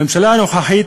הממשלה הנוכחית,